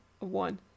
one